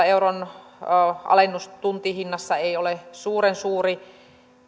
euron alennus tuntihinnasta ei ole suuren suuri